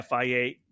FIA